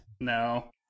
No